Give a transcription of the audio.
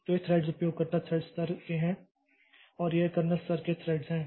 तो यह थ्रेड्स उपयोगकर्ता थ्रेड्स स्तर के हैं और ये कर्नेल स्तर के थ्रेड्स हैं